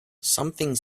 something